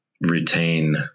retain